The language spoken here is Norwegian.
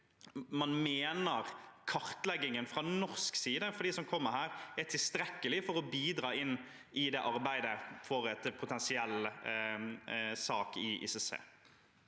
man mener at kartleggingen fra norsk side for dem som kommer hit, er tilstrekkelig til å bidra inn i arbeidet for en potensiell sak i ICC.